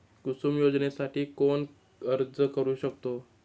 कुसुम योजनेसाठी कोण अर्ज करू शकतो?